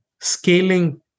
scaling